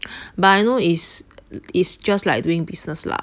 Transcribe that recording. but I know is is just like doing business lah